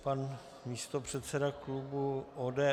Pan místopředseda klubu ODS.